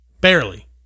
Barely